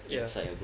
ya